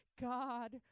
God